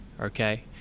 Okay